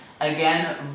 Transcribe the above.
Again